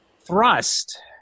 thrust